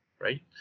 right